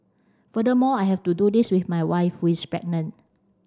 furthermore I have to do this with my wife who is pregnant